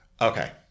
Okay